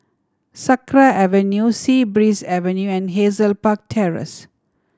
Sakra Avenue Sea Breeze Avenue and Hazel Park Terrace